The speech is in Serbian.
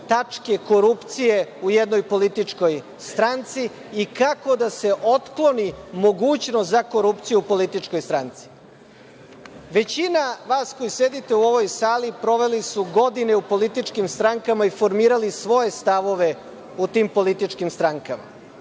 tačke korupcije u jednoj političkoj stranci i kako da se otkloni mogućnost za korupciju političkoj stranci? Većina vas koji sedite u ovoj sali proveli su godine u političkim strankama i formirali svoje stavove u tim političkim strankama.